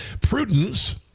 Prudence